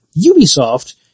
Ubisoft